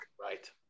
right